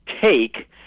take